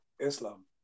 Islam